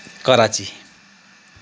Karachi